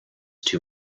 too